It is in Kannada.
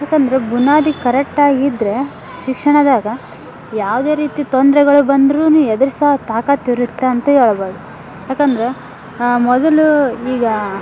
ಏಕಂದ್ರೆ ಬುನಾದಿ ಕರಕ್ಟಾಗಿದ್ದರೆ ಶಿಕ್ಷಣದಾಗೆ ಯಾವುದೇ ರೀತಿ ತೊಂದರೆಗಳು ಬಂದ್ರೂ ಎದ್ರಿಸೋ ತಾಕತ್ತು ಇರುತ್ತಂತ ಹೇಳ್ಬೋದ್ ಏಕಂದ್ರ ಮೊದಲು ಈಗ